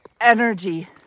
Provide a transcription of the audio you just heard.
energy